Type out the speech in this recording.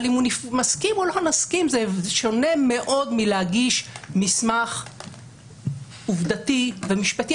אם הוא מסכים או לא מסכים זה שונה מאוד מלהגיש מסמך עובדתי ומשפטי.